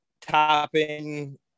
Topping